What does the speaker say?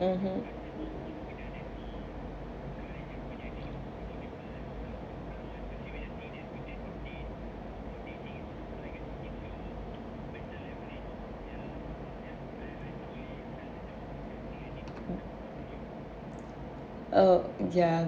mmhmm uh ya